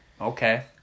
Okay